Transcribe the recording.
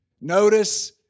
Notice